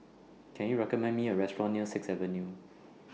Can YOU recommend Me A Restaurant near Sixth Avenue